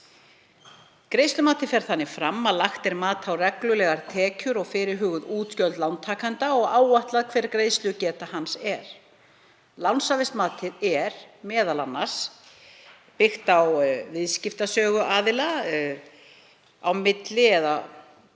Greiðslumatið fer þannig fram að lagt er mat á reglulegar tekjur og fyrirhuguð útgjöld lántakanda og áætlað hver greiðslugeta hans er. Lánshæfismatið er m.a. byggt á viðskiptasögu aðila á milli eða